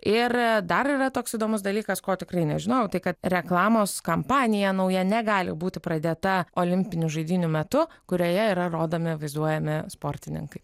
ir dar yra toks įdomus dalykas ko tikrai nežinojau tai kad reklamos kampanija nauja negali būti pradėta olimpinių žaidynių metu kurioje yra rodomi vizuojami sportininkai